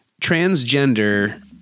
Transgender